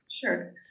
Sure